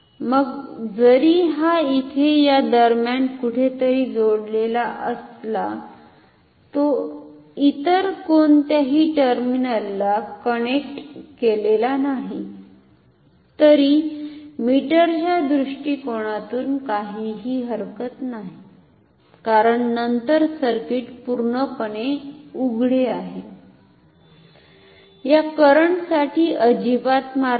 मग जरी हा इथे या दरम्यान कुठेतरी जोडलेला असला तो इतर कोणत्याही टर्मिनलला कनेक्ट केलेला नाही तरी मीटरच्या दृष्टीकोनातून काही हरकत नाही कारण नंतर सर्किट पूर्णपणे उघडे आहे या करंटसाठी अजिबात मार्ग नाही